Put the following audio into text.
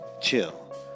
chill